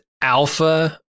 Alpha